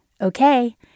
Okay